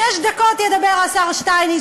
שש דקות ידבר השר שטייניץ,